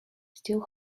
still